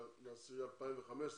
מ-29.10.2015,